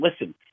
listen